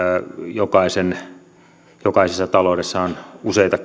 jokaisessa taloudessa on useita